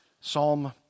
Psalm